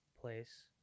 place